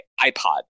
iPod